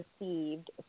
received